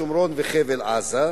שומרון וחבל-עזה,